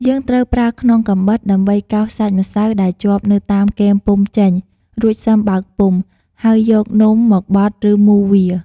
យើងត្រូវប្រើខ្នងកាំបិតដើម្បីកោសសាច់ម្សៅដែលជាប់នៅតាមគែមពុម្ពចេញ រួចសឹមបើកពុម្ព ហើយយកនំមកបត់ឬ មូរវា។